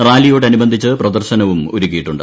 റാലിയോടനുബന്ധിച്ച് പ്രദർശനവും ഒരുക്കിയിട്ടുണ്ട്